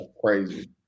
Crazy